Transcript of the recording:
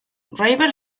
river